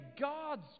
God's